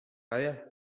хайа